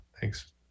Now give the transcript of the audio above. Thanks